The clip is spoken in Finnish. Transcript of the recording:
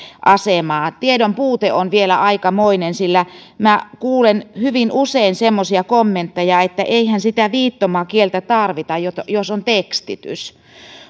asemaa tiedon puute on vielä aikamoinen sillä minä kuulen hyvin usein semmoisia kommentteja että eihän sitä viittomakieltä tarvita jos on tekstitys